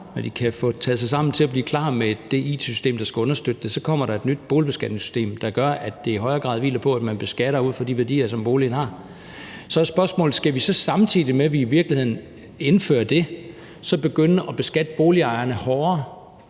når de kan få taget sig sammen til at blive klar med det it-system, der skal understøtte det, så kommer der et nyt boligbeskatningssystem, der gør, at det i højere grad hviler på, at man beskatter ud fra den værdi, som boligen har. Så er spørgsmålet, om vi så, samtidig med at vi indfører det, skal begynde at beskatte boligejerne hårdere